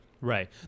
Right